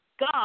God